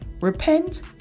Repent